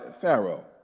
Pharaoh